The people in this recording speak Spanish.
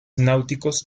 náuticos